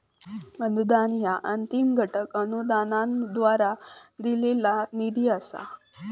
अनुदान ह्या अंतिम घटक अनुदानाद्वारा दिलेला निधी असा